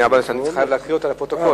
כן, אבל אני צריך להקריא אותה לפרוטוקול.